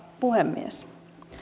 puhemies